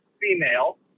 female